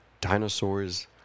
dinosaurs